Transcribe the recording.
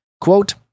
Quote